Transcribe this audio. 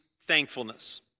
Thankfulness